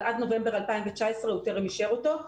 אבל עד נובמבר 2019 הוא טרם אישר אותו.